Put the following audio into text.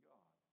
God